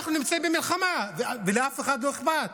אנחנו נמצאים במלחמה, ולאף אחד לא אכפת.